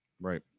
Right